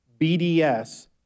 BDS